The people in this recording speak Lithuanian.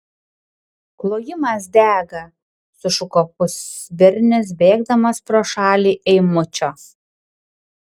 klojimas dega sušuko pusbernis bėgdamas pro šalį eimučio